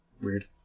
Weird